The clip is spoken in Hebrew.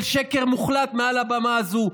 של שקר מוחלט מעל הבמה הזו,